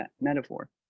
metaphor